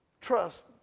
Trust